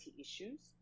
issues